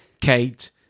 kate